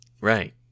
Right